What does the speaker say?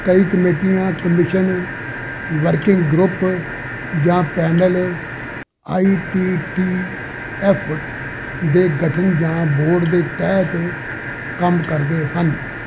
ਕਈ ਕਮੇਟੀਆਂ commission working group ਜਾਂ panel I T T F ਦੇ ਗਠਨ ਜਾਂ ਬੋਰਡ ਦੇ ਤਹਿਤ ਕੰਮ ਕਰਦੇ ਹਨ